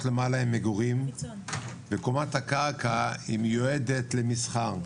למעלה הן מגורים וקומת הקרקע מיועדת למסחר.